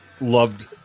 loved